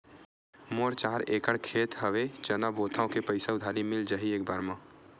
मोर चार एकड़ खेत हवे चना बोथव के पईसा उधारी मिल जाही एक बार मा?